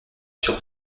sur